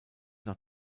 nach